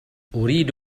أريد